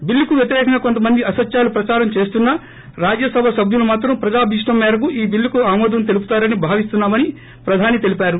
బిల్లుకు వ్యతిరేకంగా కొంతమంది అసత్యాలు ప్రదారం చేస్తున్నా రాజ్యసభ సభ్యులు మాత్రం ప్రజాభీష్టం మేరకు ఈ బిల్లుకు ఆమోదం తెలుపుతారని భావిస్తున్నా మని ప్రధాని తెలిపారు